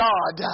God